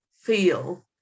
feel